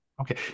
Okay